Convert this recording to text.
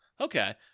okay